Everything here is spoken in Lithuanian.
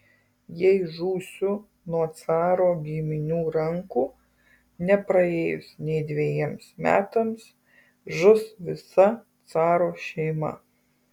jei žūsiu nuo caro giminių rankų nepraėjus nei dvejiems metams žus visa caro šeima